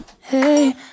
Hey